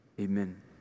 Amen